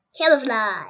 Camouflage